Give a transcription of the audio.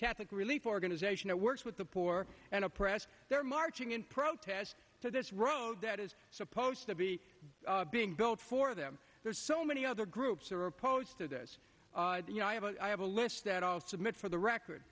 catholic relief organization works with the poor and oppressed they're marching in protest to this road that is supposed to be being built for them there's so many other groups who are opposed to this you know i have a i have a list that i'll submit for the record